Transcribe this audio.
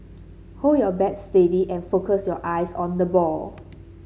hold your bat steady and focus your eyes on the ball